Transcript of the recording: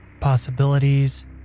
possibilities